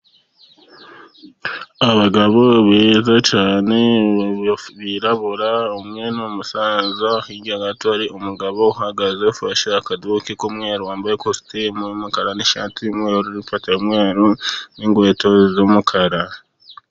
Abagabo beza cyane birabura, umwe ni umusaza. Hirya gato hari umugabo uhagaze ufashe akaduki k'umweru, wambaye ikositimu y'umukara, n'ishati y'umweru, ipataro y'umweru, n'inkweto z'umukara.